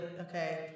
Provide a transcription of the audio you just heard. okay